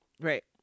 right